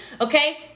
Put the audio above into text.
Okay